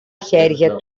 χέρια